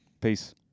Peace